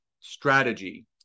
strategy